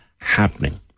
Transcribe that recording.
happening